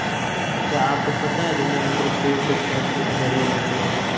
क्या आपको पता है दुनिया में सिर्फ दो सौ पैंतीस घड़ियाल बचे है?